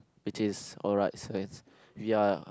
which is alright so it's we are